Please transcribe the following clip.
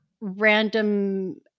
random